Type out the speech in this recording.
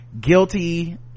guilty